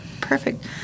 Perfect